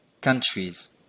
countries